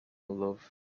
love